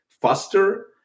faster